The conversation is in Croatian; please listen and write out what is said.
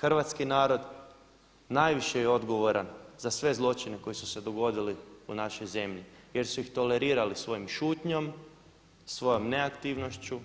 Hrvatski narod najviše je odgovoran za sve zločine koji su se dogodili u našoj zemlji jer su ih tolerirali svojom šutnjom, svojom neaktivnošću